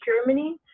Germany